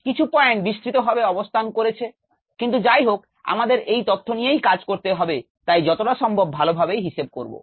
কিছু পয়েন্ট বিস্তৃতভাবে অবস্থান করেছে কিন্ত যাই হোক আমাদের এই তথ্য নিয়েই কাজ করতে হবে তাই যতটা সম্ভব ভালোভাবেই হিসাব করবো